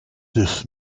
this